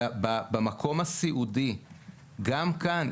במקום הסיעודי וגם כאן,